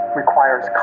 requires